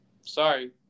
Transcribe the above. Sorry